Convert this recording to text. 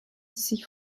sich